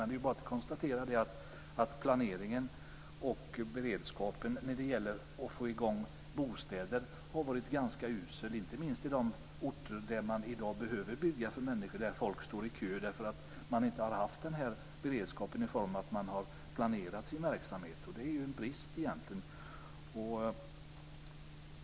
Det är bara att konstatera att planeringen och beredskapen när det gäller att få i gång byggande av bostäder har varit ganska usel, inte minst i de orter där man i dag behöver bygga, där människor står i kö därför att man inte har haft den här beredskapen och inte har planerat sin verksamhet. Det är egentligen en brist.